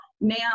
Now